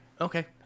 Okay